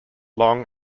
long